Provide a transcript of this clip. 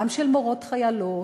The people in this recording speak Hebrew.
גם של מורות חיילות,